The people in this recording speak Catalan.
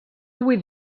avui